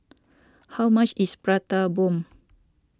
how much is Prata Bomb